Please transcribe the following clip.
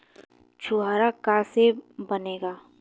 छुआरा का से बनेगा?